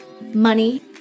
money